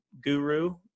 guru